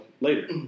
later